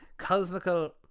Cosmical